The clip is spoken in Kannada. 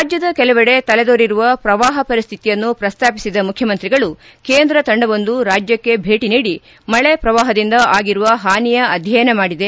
ರಾಜ್ಯದ ಕೆಲವೆಡೆ ತಲೆದೋರಿರುವ ಪ್ರವಾಪ ಪರಿಸ್ತಿತಿಯನ್ನು ಪ್ರಸ್ತಾಪಿಸಿದ ಮುಖ್ಯಮಂತ್ರಿಗಳು ಕೇಂದ್ರ ತಂಡವೊಂದು ರಾಜ್ಯಕ್ಷೆ ಭೇಟಿ ನೀಡಿ ಮಳೆ ಪ್ರವಾಹದಿಂದ ಆಗಿರುವ ಹಾನಿಯ ಅಧ್ಯಯನ ಮಾಡಿದೆ